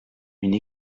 une